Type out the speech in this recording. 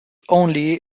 only